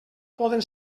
poden